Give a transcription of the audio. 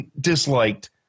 disliked